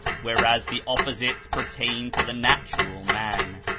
whereas the opposites pertain to the natural man.